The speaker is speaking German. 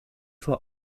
vor